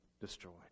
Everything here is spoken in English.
destroyed